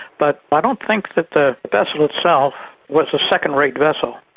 but i don't think that the vessel itself was a second-rate vessel,